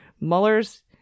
Mueller's